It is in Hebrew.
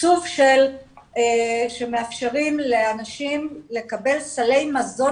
התקצוב שמאפשרים לאנשים לקבל סלי מזון